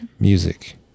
music